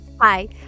Hi